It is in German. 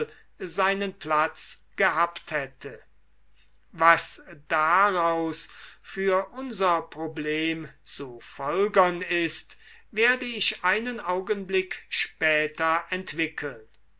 seinen platz gehabt hätte was daraus für unser problem zu folgern ist werde ich einen augenblick später entwickeln